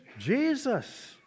Jesus